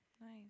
Nice